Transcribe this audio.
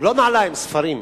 לא נעליים, ספרים.